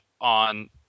on